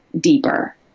deeper